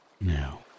now